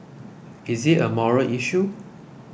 is it a moral issue